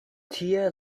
tie